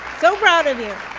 so proud of you.